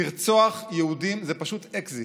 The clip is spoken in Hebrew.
לרצוח יהודים זה פשוט אקזיט.